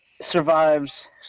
survives